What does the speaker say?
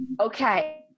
Okay